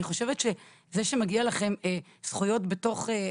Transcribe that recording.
אני חושבת שזה שמגיע לכם זכויות בתוך היישובים